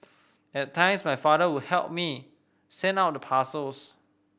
at times my father would help me send out the parcels